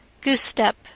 Goose-step